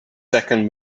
second